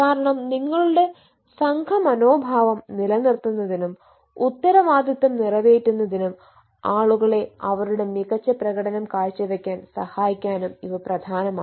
കാരണം നിങ്ങളുടെ സംഘമനോഭാവം നിലനിർത്തുന്നതിനും ഉത്തരവാദിത്തം നിറവേറ്റുന്നതിനും ആളുകളെ അവരുടെ മികച്ച പ്രകടനം കാഴ്ചവയ്ക്കാൻ സഹായിക്കനും ഇവ പ്രധാനമാണ്